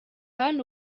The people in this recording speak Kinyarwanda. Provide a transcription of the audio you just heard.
hano